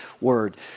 word